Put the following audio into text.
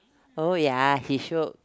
oh ya he show